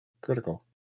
critical